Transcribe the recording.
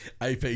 AP